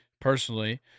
personally